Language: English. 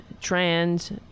trans